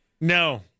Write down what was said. No